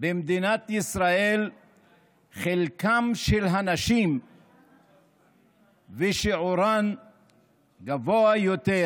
במדינת ישראל חלקן של הנשים ושיעורן גבוה יותר